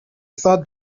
thought